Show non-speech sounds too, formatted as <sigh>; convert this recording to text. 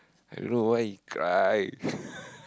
I don't know why he cry <laughs>